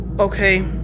Okay